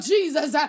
Jesus